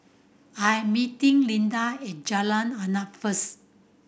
I'm meeting Linda at Jalan Arnap first